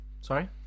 Sorry